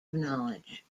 knowledge